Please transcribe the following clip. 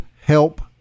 help